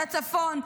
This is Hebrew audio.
על הצפון.